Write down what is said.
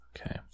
Okay